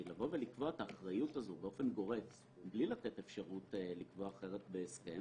כי לקבוע את האחריות הזו באופן גורף בלי לתת אפשרות לקבוע אחרת בהסכם